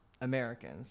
Americans